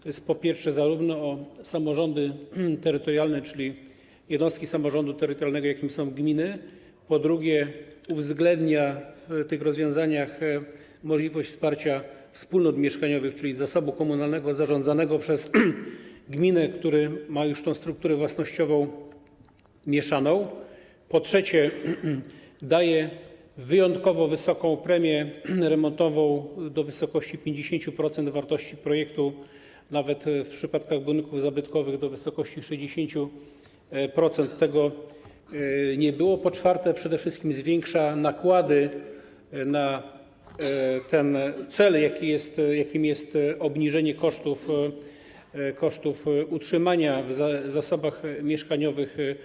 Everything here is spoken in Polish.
To są, po pierwsze, samorządy terytorialne, czyli jednostki samorządu terytorialnego, jakimi są gminy, po drugie, uwzględnia się w tych rozwiązaniach możliwość wsparcia wspólnot mieszkaniowych, czyli zasobu komunalnego zarządzanego przez gminę, który ma już tę strukturę własnościową mieszaną, po trzecie, daje wyjątkowo wysoką premię remontową, do wysokości 50% wartości projektu, w przypadkach budynków zabytkowych nawet do wysokości 60% - tego nie było, po czwarte, przede wszystkim zwiększa nakłady na ten cel, jakim jest obniżenie kosztów utrzymania w zasobach mieszkaniowych.